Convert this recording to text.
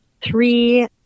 three